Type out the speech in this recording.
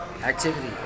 activity